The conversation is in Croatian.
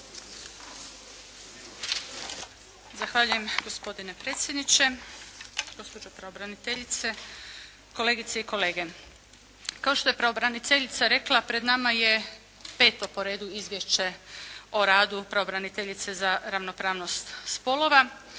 Zahvaljujem gospodine predsjedniče, gospođo pravobraniteljice, kolegice i kolege. Kao što je pravobraniteljica rekla, pred nama je 5. po redu izvješće o radu pravobraniteljice za ravnopravnost spolova